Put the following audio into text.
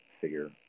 figure